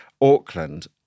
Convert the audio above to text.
Auckland